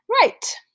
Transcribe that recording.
Right